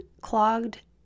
clogged